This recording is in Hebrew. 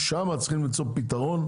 אז שם צריכים למצוא פתרון,